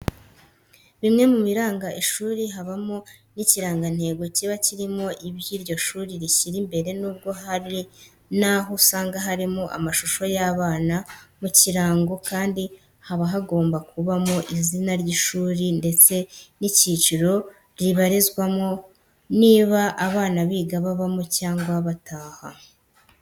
Bimwe mu biranga ishuri habamo n'ikirangantego kiba kirimo ibyo iryo shuri rishyira imbere nubwo hari n'aho usanga harimo amashusho y'abana. Mu kirango kandi haba hagomba kubamo izina ry'ishuri ndetsr n'icyiciro ribarizwamo; niba abana biga babamo cyangwa bataha.